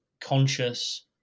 conscious